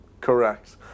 Correct